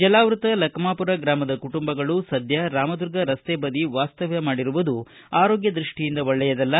ಜಲಾವೃತ ಲಕಮಾಪೂರ ಗ್ರಾಮದ ಕುಟುಂಬಗಳು ಸಧ್ಯ ರಾಮದುರ್ಗ ರಸ್ತೆ ಬದಿ ವಾಸ್ತವ್ದ ಮಾಡಿರುವುದು ಆರೋಗ್ಯ ರಕ್ಷಣೆ ದೃಷ್ಷಿಯಿಂದ ಒಳ್ಳೆಯದಲ್ಲ